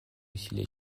усилия